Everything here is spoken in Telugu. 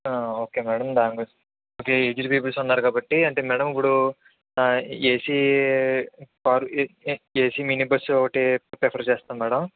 ఓకే మేడం దాని గురించి ఓకే ఏజ్డ్ పీపుల్స్ ఉన్నారు కాబట్టీ అంటే మేడం ఇప్పుడూ AC car a AC mini bus ఒకటి ప్రిఫర్ చేస్తం మేడం